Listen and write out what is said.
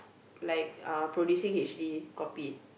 like uh producing h_d copy